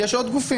יש עוד גופים.